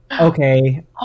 Okay